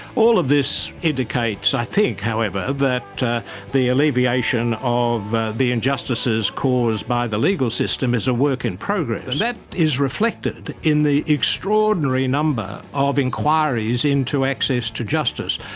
all of this indicates i think, however, that the alleviation of the injustices caused by the legal system is a work in progress. that is reflected in the extraordinary number ah of inquiries into access to justice.